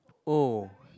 oh